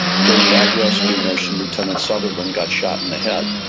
during that rescue mission, lieutenant sutherland got shot in the head